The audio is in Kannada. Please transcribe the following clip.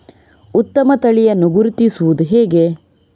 ಉತ್ತಮ ತಳಿಯನ್ನು ಗುರುತಿಸುವುದು ಹೇಗೆ?